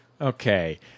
Okay